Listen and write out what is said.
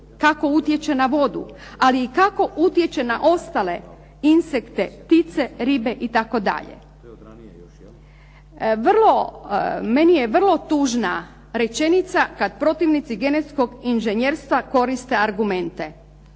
Kako utječe na vodu, ali i kako utječe na ostale insekte, ptice, ribe itd.? Meni je vrlo tužna rečenica kad protivnici genetskog inženjerstva koriste argumente